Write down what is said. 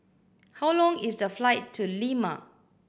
how long is the flight to Lima